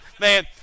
man